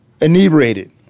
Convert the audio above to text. inebriated